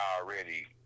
already